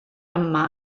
yma